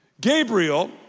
Gabriel